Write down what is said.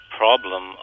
problem